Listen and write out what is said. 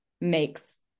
makes